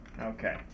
Okay